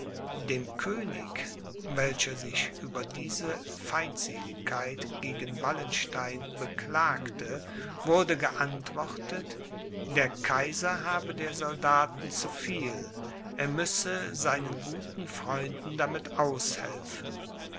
dem könig welcher sich über diese feindseligkeit gegen wallenstein beklagte wurde geantwortet der kaiser habe der soldaten zu viel er müsse seinen guten freunden damit aushelfen